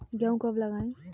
गेहूँ कब लगाएँ?